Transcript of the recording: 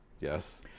Yes